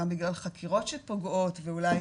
גם בגלל חקירות שפוגעות ואולי